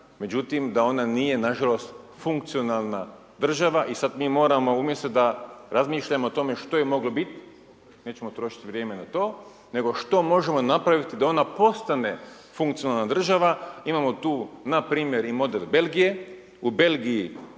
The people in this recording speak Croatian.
međutim da ona nije nažalost funkcionalna država i sad mi moramo umjesto da razmišljamo o tome što je moglo biti, nećemo trošiti vrijeme na to nego što možemo napraviti da ona postane funkcionalna država. Imamo tu npr. i model Belgije, u Belgiji